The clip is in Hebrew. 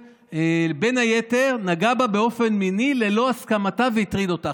בין היתר הוא נגע בה באופן מיני ללא הסכמתה והטריד אותה.